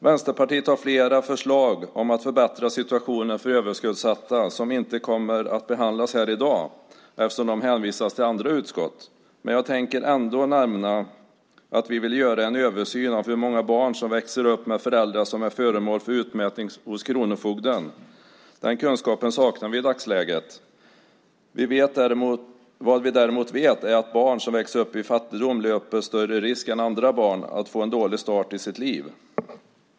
Vänsterpartiet har flera förslag om att förbättra situationen för överskuldsatta som inte kommer att behandlas här i dag eftersom de hänvisats till andra utskott, men jag tänker ändå nämna att vi vill göra en översyn av hur många barn som växer upp med föräldrar som är föremål för utmätning hos kronofogden. Den kunskapen saknar vi i dagsläget. Vad vi däremot vet är att barn som växer upp i fattigdom löper större risk än andra barn att få en dålig start i sitt liv.